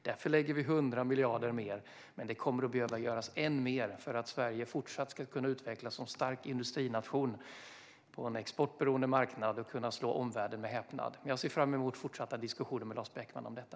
Därför lägger vi 100 miljarder mer, men det kommer att behöva göras än mer för att Sverige fortsatt ska kunna utvecklas som stark industrination på en exportberoende marknad och kunna slå omvärlden med häpnad. Jag ser fram emot fortsatta diskussioner med Lars Beckman om detta.